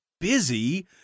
busy